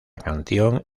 canción